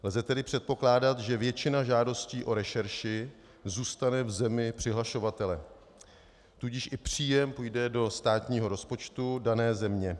Lze tedy předpokládat, že většina žádostí o rešerši zůstane v zemi přihlašovatele, tudíž i příjem půjde do státního rozpočtu dané země.